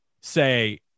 say